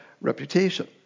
reputation